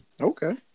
Okay